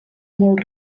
molt